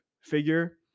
figure